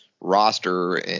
roster